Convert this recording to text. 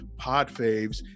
podfaves